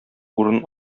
урын